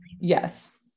yes